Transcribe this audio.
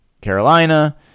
Carolina